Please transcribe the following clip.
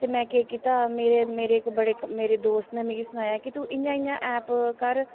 ते में केह् कीता मेरे मेर इक बड़े दोस्त ने मिगी सनाया कि तूं इ'यां इ'यां ऐप कर